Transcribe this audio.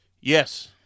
yes